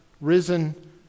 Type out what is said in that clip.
risen